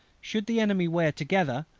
should the enemy wear together,